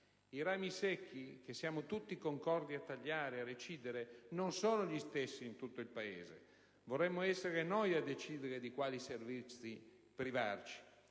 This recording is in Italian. I rami secchi, che tutti siamo d'accordo a tagliare e recidere, non sono gli stessi in tutto il Paese. Vorremmo essere noi a decidere di quali servizi privarci.